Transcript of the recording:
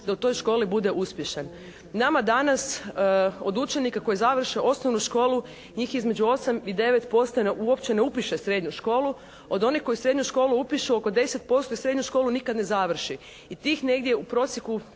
da u toj školi bude uspješan? Nama danas od učenika koji završne osnovnu školu njih između 8 i 9% uopće ne upiše srednju školu. Od onih koji srednju školu upišu oko 10% srednju školu nikad ne završi. I tih negdje u prosjeku